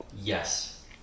Yes